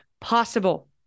possible